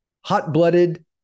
Hot-Blooded